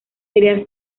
sería